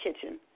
kitchen